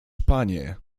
panie